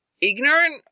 ignorant